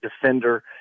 defender